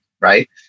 right